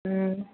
ଉଁ